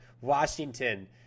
Washington